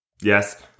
Yes